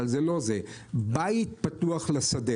אבל זה לא זה היא "בית פתוח לשדה".